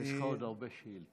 יש לך עוד הרבה שאילתות.